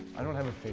i don't have a